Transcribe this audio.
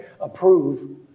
approve